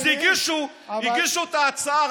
אז הגישו את ההצעה,